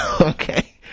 okay